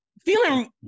Feeling